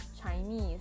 Chinese